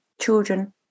children